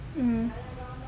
mm